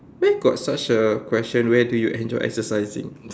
where got such a question where do you enjoy exercising